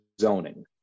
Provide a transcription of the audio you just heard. zoning